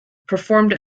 performed